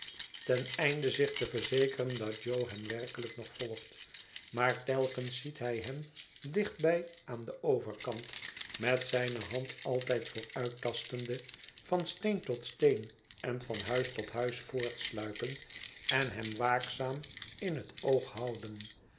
ten einde zich te verzekeren dat jo hem werkelijk nog volgt maar telkens ziet hij hem dichtbij aan den overkant met zijne hand altijd vooruittastende van steen tot steen en van huis tot huis voortsluipen en hem waakzaam in het oog houden